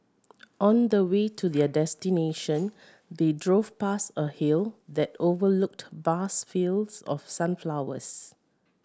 on the way to their destination they drove past a hill that overlooked vast fields of sunflowers